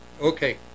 Okay